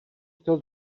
chtěl